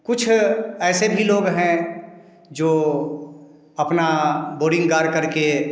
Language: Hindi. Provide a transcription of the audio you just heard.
कुछ ऐसे भी लोग हैं जो अपना बोरिंग गाड़ कर के